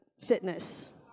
Fitness